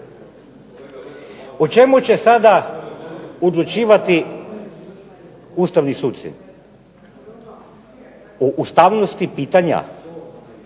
O čemu će sada odlučivati ustavni suci? O ustavnosti pitanja